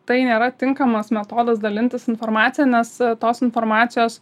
tai nėra tinkamas metodas dalintis informacija nes tos informacijos